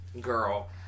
girl